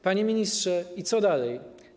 Panie ministrze, i co dalej?